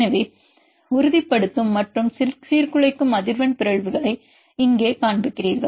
எனவே உறுதிப்படுத்தும் மற்றும் சீர்குலைக்கும் அதிர்வெண் பிறழ்வுகளை இங்கே காண்பிக்கிறீர்கள்